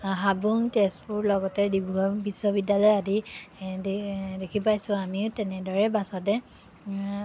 হাবুং তেজপুৰ লগতে ডিব্ৰুগড় বিশ্ববিদ্যালয় আদি এ দে দেখি পাইছোঁ আমিও তেনেদৰে বাছতে